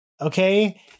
Okay